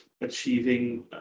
achieving